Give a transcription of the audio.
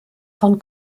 von